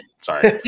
Sorry